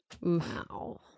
Wow